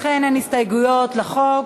אכן אין הסתייגויות לחוק.